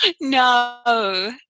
No